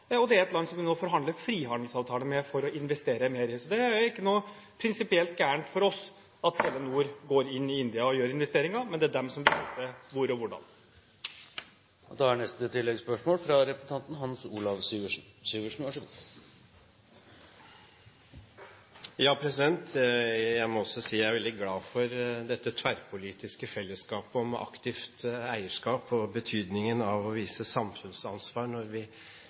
og det er et land som vi nå forhandler frihandelsavtale med for å investere mer i. Så det er ikke noe prinsipielt galt for oss at Telenor går inn i India og gjør investeringer, men det er de som beslutter hvor og hvordan. Hans Olav Syversen – til oppfølgingsspørsmål. Jeg må også si jeg er veldig glad for det tverrpolitiske fellesskapet om aktivt eierskap og betydningen av å vise samfunnsansvar når vi